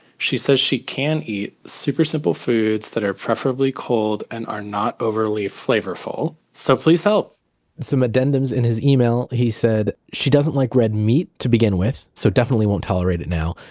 she says she can eat super simple foods that are preferably cold and are not overly flavorful. so please help some addendums in his email, he said, she doesn't like red meat to begin with so definitely won't tolerate it now.